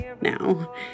now